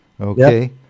Okay